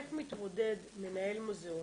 איך מתמודד מנהל מוזיאון